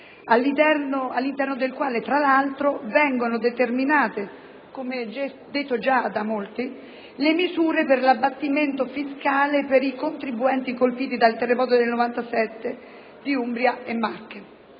all'interno del quale, tra l'altro, vengono determinate, come detto già da molti, le misure per l'abbattimento fiscale per i contribuenti colpiti dal terremoto del 1997 di Umbria e Marche,